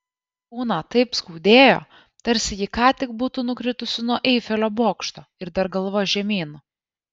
kūną taip skaudėjo tarsi ji ką tik būtų nukritusi nuo eifelio bokšto ir dar galva žemyn